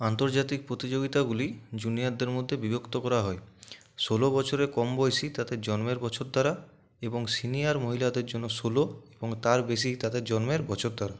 আন্তর্জাতিক প্রতিযোগিতাগুলি জুনিয়রদের মধ্যে বিভক্ত করা হয় ষোলো বছরের কমবয়সি তাদের জন্মের বছর দ্বারা এবং সিনিয়র মহিলাদের জন্য ষোলো এবং তার বেশি তাদের জন্মের বছর দ্বারা